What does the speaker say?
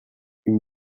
une